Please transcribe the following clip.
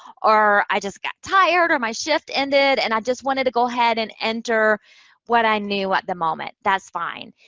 or i just got tired or my shift ended and i just wanted to go ahead and enter what i knew at the moment. that's fine.